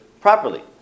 properly